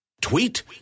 tweet